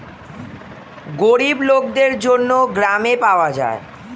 গরিব লোকদের জন্য গ্রামে পাওয়া যায়